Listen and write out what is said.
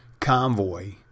convoy